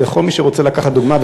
לכל מי שרוצה לקחת דוגמה,